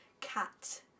cat